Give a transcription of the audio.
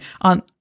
on